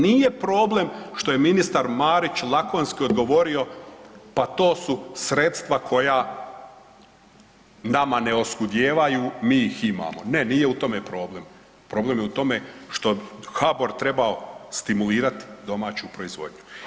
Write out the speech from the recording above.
Nije problem što je ministar Marić lakonski odgovorio, pa to su sredstva koja nama ne oskudijevaju mi ih imamo, ne nije u tome problem, problem je u tome što bi HBOR trebao stimulirati domaću proizvodnju.